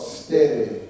steady